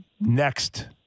next